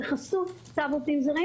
בחסות צו עובדים זרים